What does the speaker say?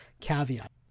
Caveat